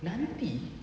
nanti